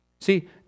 See